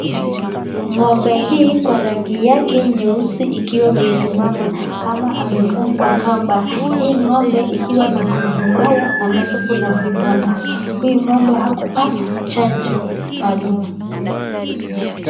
Ng'ombe hii kwa rangi yake nyeusi ikiwa imesimama kama amefungwa kamba, hii ng'ombe ikiwa na ngozi mbaya manake kuna vidonda. Huyu ng'ombe hakupata chanjo maalumu.